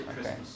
Okay